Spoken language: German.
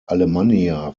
alemannia